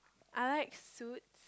I like Suits